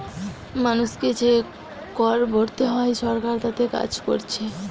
মানুষকে যে কর ভোরতে হয় সরকার তাতে কাজ কোরছে